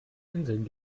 inseln